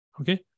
Okay